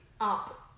up